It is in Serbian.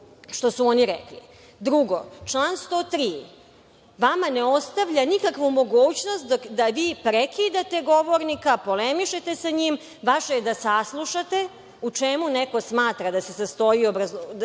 što su oni rekli. Drugo, član 103. vama ne ostavlja nikakvu mogućnost da vi prekidate govornika i polemišete sa njim. Vaše je da saslušate njegovo obrazloženje